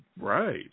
Right